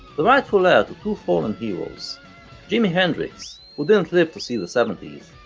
the rightful heir to two fallen heroes jimi hendrix, who didn't live to see the seventies,